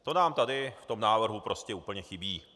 To nám tady v tomto návrhu prostě úplně chybí.